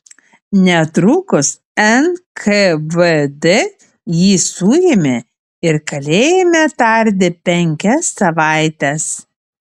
netrukus nkvd jį suėmė ir kalėjime tardė penkias savaites